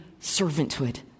servanthood